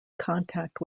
contact